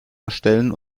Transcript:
erstellen